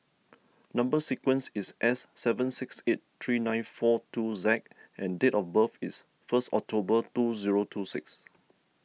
Number Sequence is S seven six eight three nine four two Z and date of birth is first October two zero two six